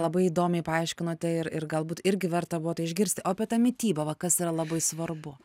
labai įdomiai paaiškinote ir ir galbūt irgi verta buvo tai išgirsti o apie tą mitybą va kas yra labai svarbu